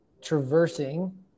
traversing